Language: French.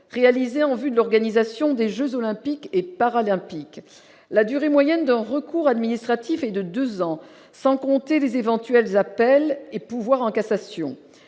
réalisé en vue de l'organisation des Jeux olympiques et paralympiques, la durée moyenne d'un recours administratif et de 2 ans, sans compter les éventuels appels et pouvoir en cassation